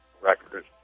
record